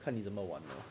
看你怎么玩 lah